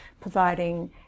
providing